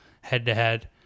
head-to-head